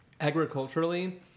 Agriculturally